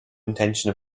intention